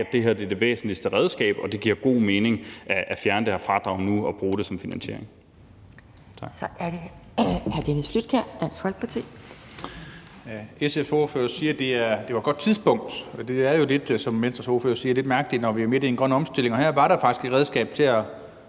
at det her er det væsentligste redskab, og det giver god mening at fjerne det her fradrag nu og bruge det som finansiering.